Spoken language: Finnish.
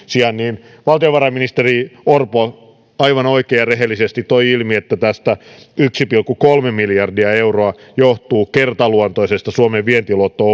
sijaan niin valtiovarainministeri orpo aivan oikein ja rehellisesti toi ilmi että tästä yksi pilkku kolme miljardia euroa johtuu kertaluontoisesta suomen vientiluotto